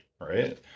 Right